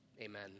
Amen